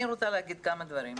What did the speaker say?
אני רוצה להגיד כמה דברים.